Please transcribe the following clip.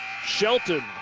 Shelton